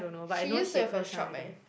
she used to have a shop eh